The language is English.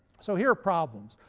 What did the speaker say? so here are problems.